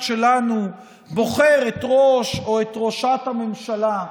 שלנו בוחר את ראש או את ראשת הממשלה,